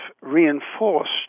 reinforced